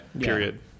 period